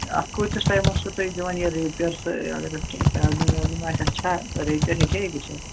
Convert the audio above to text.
اَتھ کۭتِس ٹایمَس چھُو تۄہہِ دِوَن یہِ ریپیر سُہ اگر اَتھ کیٚنٛہہ پرٛابلِم وابلِم آسہِ اَتھ چھا ریپیر ہیٚکیٛاہ یہِ گٔژھِتھ